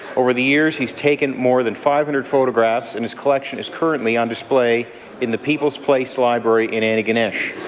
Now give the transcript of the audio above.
over the years, he has taken more than five hundred photographs and his collection is currently on display in the people's place library in antigonish.